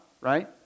right